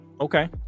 okay